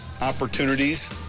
opportunities